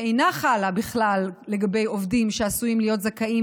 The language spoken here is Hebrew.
שאינה חלה בכלל לגבי עובדים שעשויים להיות זכאים